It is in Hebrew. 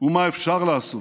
ומה אפשר לעשות.